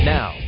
Now